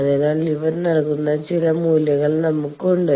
അതിനാൽ ഇവ നൽകുന്ന ചില മൂല്യങ്ങൾ നമുക്കുണ്ട്